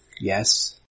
yes